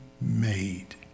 made